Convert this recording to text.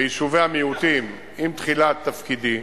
ביישובי המיעוטים, עם תחילת תפקידי,